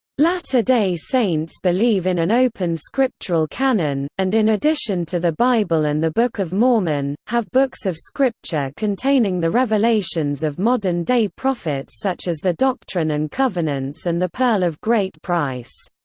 latter-day saints believe in an open scriptural canon, and in addition to the bible and the book of mormon, have books of scripture containing the revelations of modern-day prophets such as the doctrine and covenants and the pearl of great price.